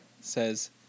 says